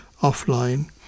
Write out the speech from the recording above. offline